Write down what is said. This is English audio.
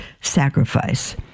sacrifice